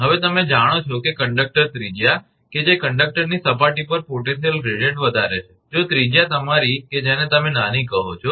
હવે તમે જાણો છો કે કંડક્ટર ત્રિજ્યા કે જે કંડક્ટરની સપાટી પર પોટેન્શિયલ ગ્રેડીયંટ વધારે છે જો ત્રિજ્યા તમારી કે જેને તમે નાની કહો છો